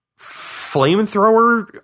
flamethrower